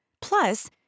Plus